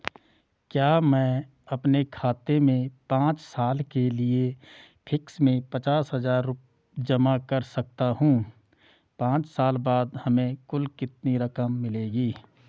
क्या मैं अपने खाते में पांच साल के लिए फिक्स में पचास हज़ार जमा कर सकता हूँ पांच साल बाद हमें कुल कितनी रकम मिलेगी?